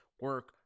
Work